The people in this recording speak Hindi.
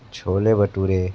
छोले भटूरे